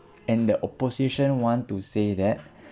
and the opposition want to say that